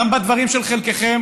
גם בדברים של חלקכם